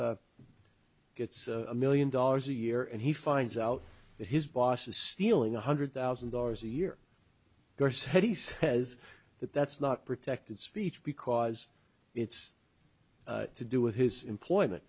gets gets a million dollars a year and he finds out that his boss is stealing one hundred thousand dollars a year course he says that that's not protected speech because it's to do with his employment